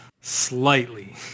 Slightly